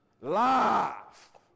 laugh